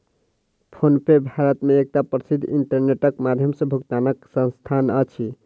PhonePe Bharat मे एकटा प्रसिद्ध इंटरनेटक माध्यम सॅ भुगतानक संस्थान अछि